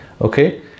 Okay